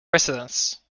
residence